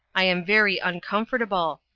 i am very uncomfortable.